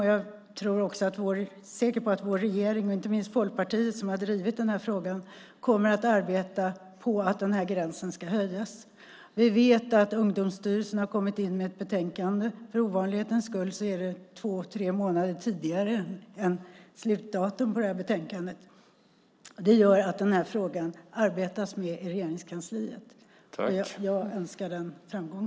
Jag är säker på att vår regering, inte minst Folkpartiet som har drivit den här frågan, kommer att arbeta på att gränsen ska höjas. Vi vet att Ungdomsstyrelsen har kommit in med ett betänkande. För ovanlighetens skull är det två tre månader tidigare än slutdatum på betänkandet. Det gör att den här frågan arbetas med i Regeringskansliet. Jag önskar den framgång.